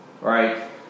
Right